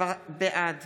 בעד